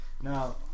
now